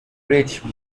rich